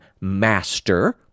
Master